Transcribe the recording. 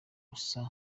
asa